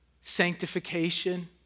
sanctification